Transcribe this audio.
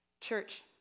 Church